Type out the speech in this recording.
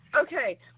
okay